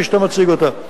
כפי שאתה מציג אותה.